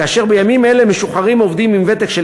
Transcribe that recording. כך שבימים אלה משוחררים עובדים עם ותק של